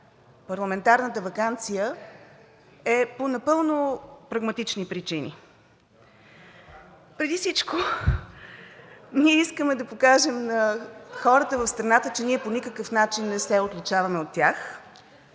парламентарната ваканция е по напълно прагматични причини. Преди всичко ние искаме да покажем на хората в страната, че по никакъв начин не се отличаваме от тях